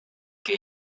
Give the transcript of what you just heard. que